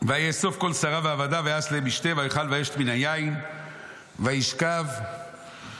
"ויאסוף כל שריו ועבדיו ויעש להם משתה ויאכל וישת מן היין וישכב ויירדם.